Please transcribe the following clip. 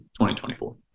2024